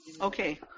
okay